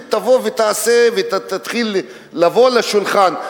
תבוא ותעשה ותתחיל לבוא לשולחן.